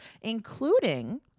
including